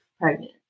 pregnant